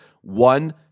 one